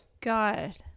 god